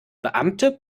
beamte